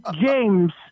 James